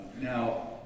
Now